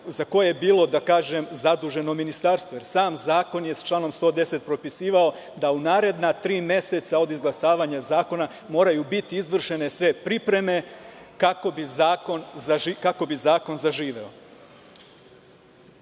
za koje je bilo, da kažem, zaduženo Ministarstvo? Jer sam Zakon je članom 110. propisivao da u naredna tri meseca od izglasavanja zakona moraju biti izvršene sve pripreme kako bi zakon zaživeo. Na